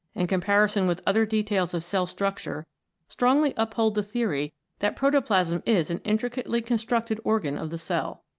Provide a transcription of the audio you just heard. and comparison with other details of cell structure strongly uphold the theory that protoplasm is an intricately con structed organ of the cell.